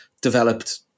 developed